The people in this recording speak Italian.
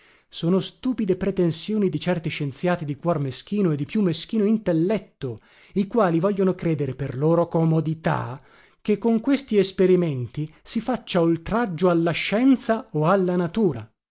sono stupide pretensioni di certi scienziati di cuor meschino e di più meschino intelletto i quali vogliono credere per loro comodità che con questi esperimenti si faccia oltraggio alla scienza o alla natura